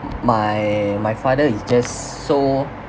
my my father is just so